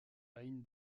aïn